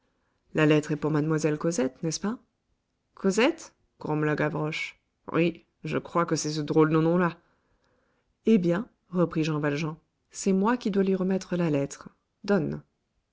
la lettre est pour mademoiselle cosette n'est-ce pas cosette grommela gavroche oui je crois que c'est ce drôle de nom-là eh bien reprit jean valjean c'est moi qui dois lui remettre la lettre donne